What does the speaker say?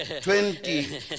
twenty